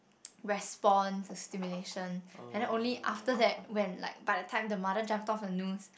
response stimulation and then only after that when like by the time the mother jump off her noose